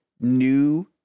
new